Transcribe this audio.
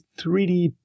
3D